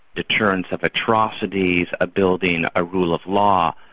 deterrence of atrocities, ah building a rule of law.